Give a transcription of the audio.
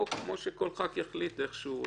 או כל חבר כנסת יחליט כמו שהוא רוצה,